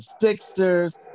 Sixers